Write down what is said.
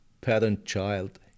parent-child